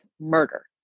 murder